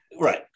right